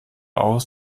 aus